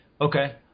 Okay